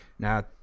Now